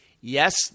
Yes